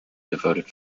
devoted